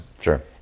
Sure